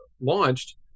launched